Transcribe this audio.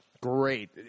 Great